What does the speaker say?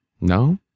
no